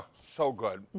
ah so good.